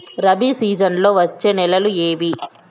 రబి సీజన్లలో వచ్చే నెలలు ఏవి?